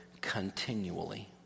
continually